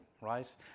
right